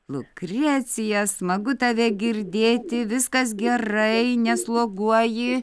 lukrecija smagu tave girdėti viskas gerai nesloguoji